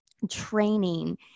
Training